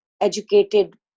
educated